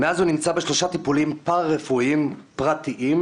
מאז הוא נמצא בשלושה טיפולים פארא-רפואיים פרטיים,